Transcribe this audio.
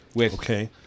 Okay